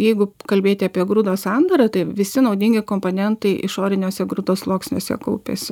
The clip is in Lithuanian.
jeigu kalbėti apie grūdo sandarą tai visi naudingi komponentai išoriniuose grūdo sluoksniuose kaupiasi